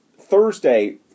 Thursday